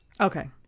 Okay